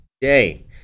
day